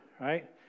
right